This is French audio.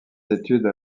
études